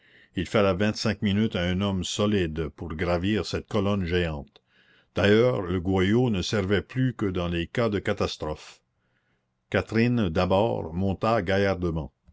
il fallait vingt-cinq minutes à un homme solide pour gravir cette colonne géante d'ailleurs le goyot ne servait plus que dans les cas de catastrophe catherine d'abord monta